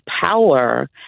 power